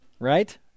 Right